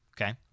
okay